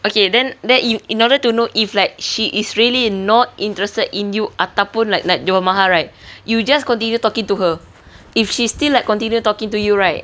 okay then then in order to know if like she is really not interested in you ataupun like like nak jual mahal right you just continue talking to her if she still like continue talking to you right